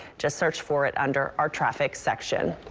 just search for it under our traffic section.